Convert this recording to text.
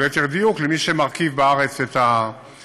או ליתר דיוק למי שמרכיב בארץ את האוטובוסים.